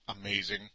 amazing